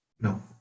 No